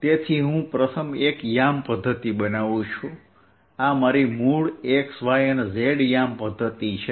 તેથી હું પ્રથમ એક યામ પધ્ધતિ બનાવું આ મારી મૂળ x y અને z યામ પધ્ધતિ છે